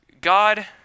God